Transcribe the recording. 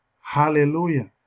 Hallelujah